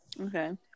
okay